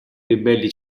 ribelli